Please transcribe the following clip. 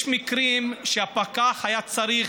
יש מקרים שהפקח היה צריך,